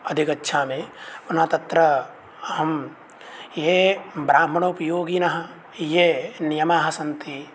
अधिगच्छामि पुनः तत्र अहं ये ब्राह्मणोपयोगिनः ये नियमाः सन्ति